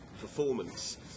performance